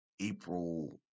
April